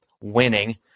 winning